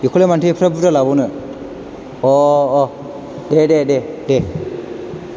बेखौलाय मानोथो एफाग्रा बुरजा लाबावनो दे दे दे